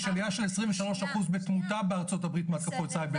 יש עלייה של 23 אחוז מתמותה בארצות הברית מהתקפות סייבר.